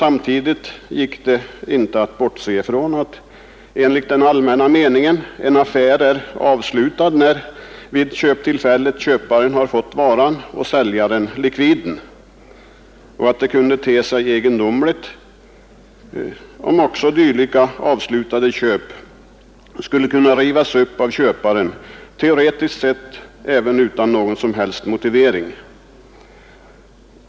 Samtidigt gick det inte att bortse från att enligt den allmänna meningen en affär är avslutad när köparen fått varan och säljaren likviden, och att det kunde te sig egendomligt om också dylika avslutade köp skulle kunna rivas upp av köparen — teoretiskt sett även utan någon som helst motivering.